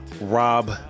Rob